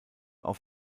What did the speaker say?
auf